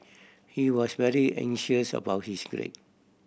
he was very anxious about his grade